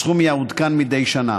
הסכום יעודכן מדי שנה.